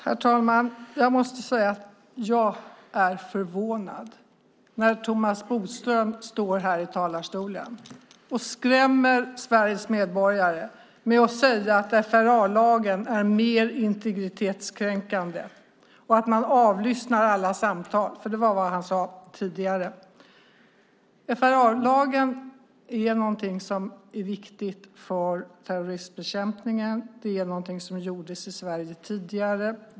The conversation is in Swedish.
Herr talman! Jag måste säga att jag är förvånad över att Thomas Bodström står i talarstolen och skrämmer Sveriges medborgare genom att säga att FRA-lagen är mer integritetskränkande och att man avlyssnar alla samtal. Det var vad han sade tidigare. FRA-lagen är viktig för terroristbekämpningen. Det gjordes i Sverige tidigare.